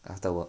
after work